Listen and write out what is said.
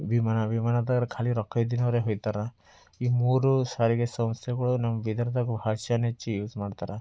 ವಿಮಾನ ವಿಮಾನದೋರು ಖಾಲಿ ರೊಕ್ಕ ಇದ್ದಿನವರೇ ಹೋಗ್ತಾರೆ ಈ ಮೂರು ಸಾರಿಗೆ ಸಂಸ್ಥೆಗಳು ನಮ್ಮ ಬೀದರ್ದಾಗ ಹೆಚ್ಚು ಯೂಸ್ ಮಾಡ್ತಾರ